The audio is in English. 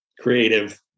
creative